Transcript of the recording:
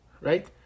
Right